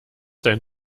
dein